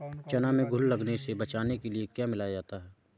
चना में घुन लगने से बचाने के लिए क्या मिलाया जाता है?